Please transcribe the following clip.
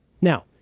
Now